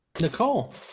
Nicole